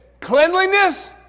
cleanliness